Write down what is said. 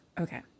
Okay